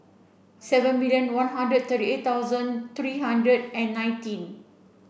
seven million one hundred thirty eight thousand three hundred and nineteen